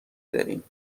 داریم